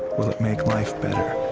will it make life better?